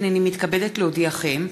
הנני מתכבדת להודיעכם,